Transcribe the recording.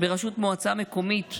לראשות מועצה מקומית,